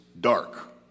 dark